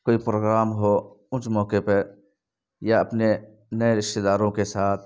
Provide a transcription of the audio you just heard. کوئی پروگرام ہو اس موقعے پہ یا اپنے نئے رشتے داروں کے ساتھ